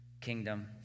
kingdom